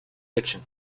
fiction